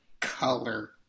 color